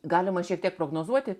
galima šiek tiek prognozuoti